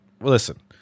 Listen